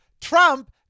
Trump